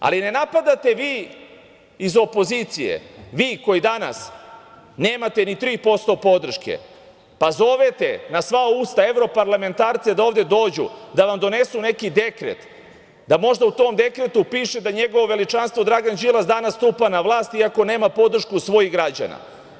Ali, ne napadate vi iz opozicije, vi koji danas nemate ni 3% podrške, pa zovete na sva usta evroparlamentarce da ovde dođu, da vam donesu neki dekret, da možda u tom dekretu piše da njegovo veličanstvo Dragan Đilas danas stupa na vlast, iako nema podršku svojih građana.